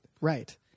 right